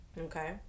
Okay